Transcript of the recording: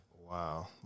Wow